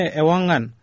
ewangan